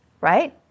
right